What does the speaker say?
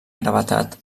gravetat